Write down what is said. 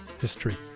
history